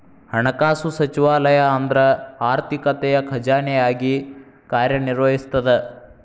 ಹಣಕಾಸು ಸಚಿವಾಲಯ ಅಂದ್ರ ಆರ್ಥಿಕತೆಯ ಖಜಾನೆಯಾಗಿ ಕಾರ್ಯ ನಿರ್ವಹಿಸ್ತದ